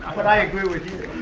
but i agree with you.